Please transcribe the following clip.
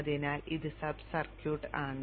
അതിനാൽ ഇത് sub circuit ആണ്